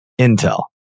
Intel